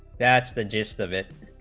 that's the gist of it,